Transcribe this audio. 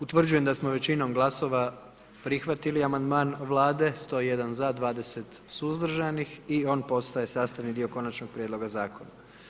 Utvrđujem da smo većinom glasova prihvatili amandman Vlade, 101 za, 20 suzdržanih i on postaje sastavni dio konačnog prijedloga zakona.